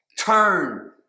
turn